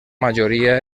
majoria